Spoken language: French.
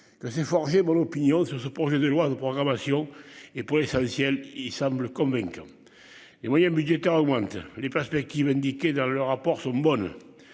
Que s'est forgé mon opinion sur ce projet de loi de programmation et pour l'essentiel il semble convaincu. Et moyens budgétaires augmentent les perspectives indiqué dans le rapport sont bonnes.